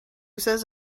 says